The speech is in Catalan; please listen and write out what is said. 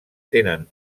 tenen